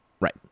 Right